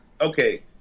Okay